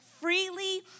freely